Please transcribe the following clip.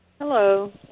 Hello